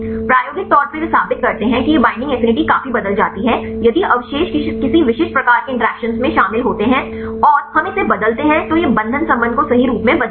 प्रायोगिक तौर पर वे साबित करते हैं कि यह बईंडिंग एफिनिटी काफी बदल जाती है यदि अवशेष किसी विशिष्ट प्रकार के इंटरैक्शन में शामिल होते हैं और हम इसे बदलते हैं तो यह बंधन संबंध को सही रूप में बदल देगा